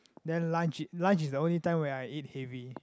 then lunch lunch is the only time when I eat heavy